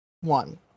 One